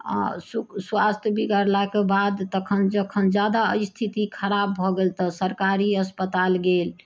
स्वास्थ्य बिगड़लाके बाद तखन जखन जादा स्थिति खराब भऽ गेल तऽ सरकारी अस्पताल गेल